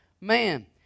man